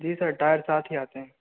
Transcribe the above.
जी sir tyre साथ ही आते है